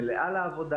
מלאה לעבודה.